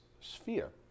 sphere